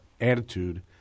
attitude